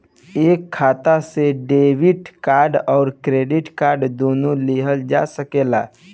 एक खाता से डेबिट कार्ड और क्रेडिट कार्ड दुनु लेहल जा सकेला?